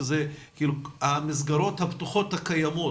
שזה המסגרות הפתוחות הקיימות.